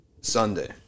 Sunday